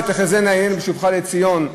"ותחזינה עינינו בשובך לציון",